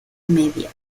media